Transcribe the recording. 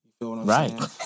right